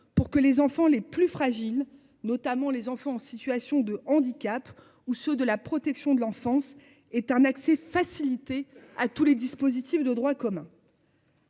pour que les enfants les plus fragiles, notamment les enfants en situation de handicap ou ceux de la protection de l'enfance est un accès facilité à tous les dispositifs de droit commun.